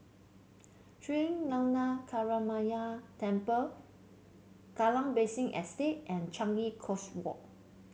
Sri Lankaramaya Temple Kallang Basin Estate and Changi Coast Walk